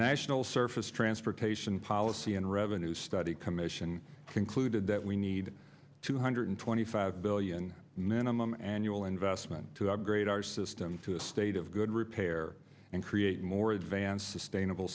national surface transportation policy and revenue study commission concluded that we need two hundred twenty five billion minimum annual investment to upgrade our system to the state of good repair and create more advanced sustainable